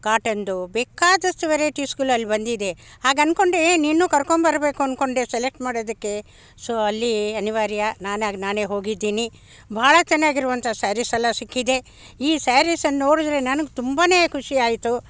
ಕಾಟನ್ದು ಬೇಕಾದಷ್ಟು ವೆರೈಟಿಸ್ಗಳು ಅಲ್ ಬಂದಿದೆ ಹಾಗೆ ಅಂದ್ಕೊಂಡೆ ನಿನ್ನೂ ಕರ್ಕೊಂಡು ಬರಬೇಕು ಅಂದ್ಕೊಂಡೆ ಸೆಲೆಕ್ಟ್ ಮಾಡೋದಕ್ಕೆ ಸೋ ಅಲ್ಲಿ ಅನಿವಾರ್ಯ ನಾನಾಗಿ ನಾನೇ ಹೋಗಿದ್ದೀನಿ ಭಾಳ ಚೆನ್ನಾಗಿರುವಂಥ ಸ್ಯಾರಿಸ್ ಎಲ್ಲ ಸಿಕ್ಕಿದೆ ಈ ಸ್ಯಾರಿಸ್ಸನ್ನು ನೋಡಿದರೆ ನನಗೆ ತುಂಬನೇ ಖುಷಿ ಆಯಿತು